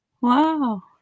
Wow